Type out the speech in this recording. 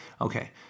okay